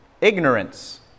ignorance